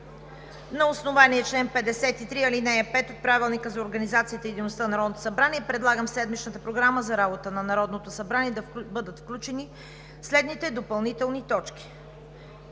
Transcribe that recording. на основание чл. 53, ал. 5 от Правилника за организацията и дейността на Народното събрание предлагам в седмичната Програма за работа на Народното събрание да бъдат включени следните допълнителни точки: